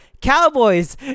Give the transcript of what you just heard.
Cowboys